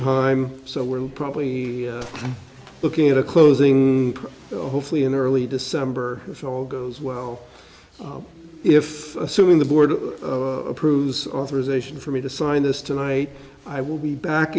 time so we're probably looking at a closing hopefully in early december if all goes well if assuming the board approves authorization for me to sign this tonight i will be back